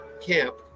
camp